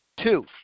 Two